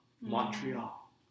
Montreal